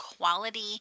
quality